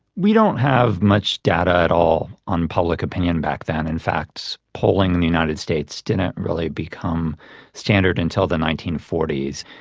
we don't have much data at all on public opinion back then and facts polling the united states didn't really become standard until the nineteen forty s.